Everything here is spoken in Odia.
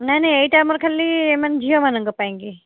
ନାହିଁ ନାହିଁ ଏଇଟା ଆମର ଖାଲି ମାନେ ଝିଅମାନଙ୍କ ପାଇଁ କି